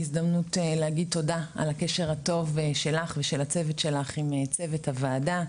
הזדמנות להגיד תודה על הקשר הטוב שלך ושל הצוות שלך עם צוות הוועדה.